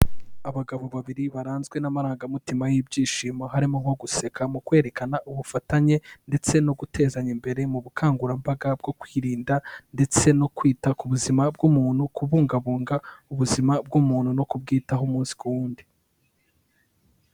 Abagabo babiri baranzwe n'amarangamutima y'ibyishimo, harimo nko guseka mu kwerekana ubufatanye ndetse no gutezanya imbere mu bukangurambaga bwo kwirinda, ndetse no kwita ku buzima bw'umuntu, kubungabunga ubuzima bw'umuntu no kubwitaho umunsi ku wundi.